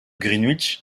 greenwich